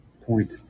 Point